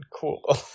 cool